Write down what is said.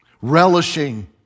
relishing